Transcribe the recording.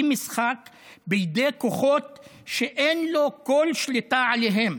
משחק בידי כוחות שאין לו כל שליטה עליהם,